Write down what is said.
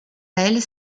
elle